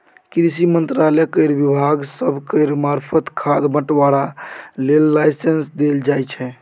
कृषि मंत्रालय केर विभाग सब केर मार्फत खाद बंटवारा लेल लाइसेंस देल जाइ छै